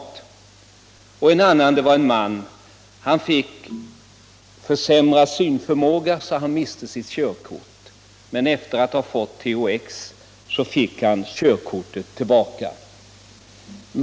Det andra samtalet jag vill berätta om kom från en man som hade fått försämrad synförmåga, och han hade därför fråntagits sitt körkort. Efter att ha fått THX och blivit bättre fick han tillbaka körkortet.